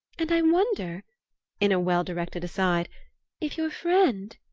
and i wonder in a well-directed aside if your friend?